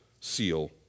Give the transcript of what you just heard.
seal